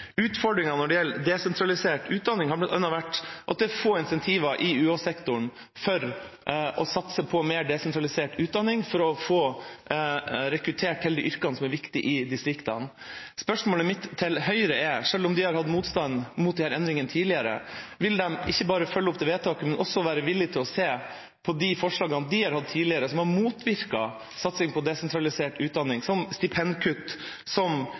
når det gjelder desentralisert utdanning, har bl.a. vært at det er få insentiver i UH-sektoren for å satse på mer desentralisert utdanning for å få rekruttert til de yrkene som er viktige i distriktene. Spørsmålet mitt til Høyre er: Selv om de har hatt motstand mot disse endringene tidligere, vil de ikke bare følge opp vedtakene, men også være villige til å se på de forslagene de har hatt tidligere, som var mot styrket satsing på desentralisert utdanning – som stipendkutt, som